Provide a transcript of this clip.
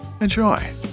Enjoy